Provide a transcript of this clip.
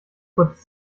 kurz